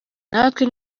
natwe